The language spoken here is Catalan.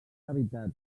cavitat